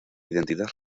identidad